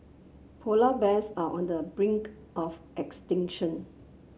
polar bears are on the brink of extinction